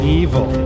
evil